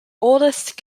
oldest